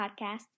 podcast